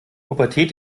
pubertät